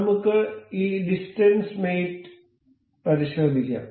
നമുക്ക് ഈ distance mate പരിശോധിക്കാം